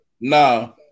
No